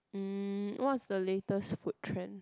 mm what's the latest food trend